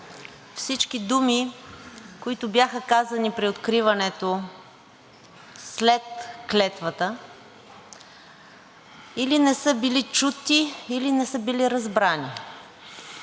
всички думи, които бяха казани при откриването след клетвата, или не са били чути, или не са били разбрани.